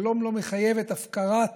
שלום לא מחייב את הפקרת הביטחון,